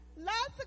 Lots